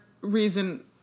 reason